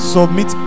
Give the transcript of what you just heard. Submit